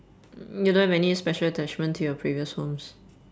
you don't have any special attachments to your previous homes